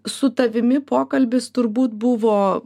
su tavimi pokalbis turbūt buvo